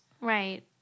Right